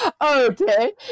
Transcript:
okay